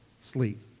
sleep